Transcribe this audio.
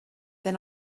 then